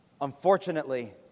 unfortunately